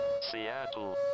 Seattle